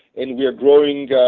and we are growing